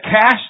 cash